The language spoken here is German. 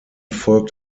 folgt